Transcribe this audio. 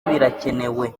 birakenewe